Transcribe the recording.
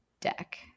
deck